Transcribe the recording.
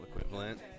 equivalent